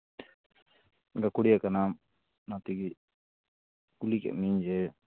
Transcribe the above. ᱜᱟᱹᱠᱷᱩᱲᱤᱭᱟᱹ ᱠᱟᱱᱟᱢ ᱚᱱᱟ ᱛᱮᱜᱮ ᱠᱩᱞᱤ ᱠᱮᱫ ᱢᱤᱭᱟᱹᱧ ᱡᱮ